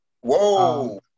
Whoa